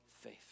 faith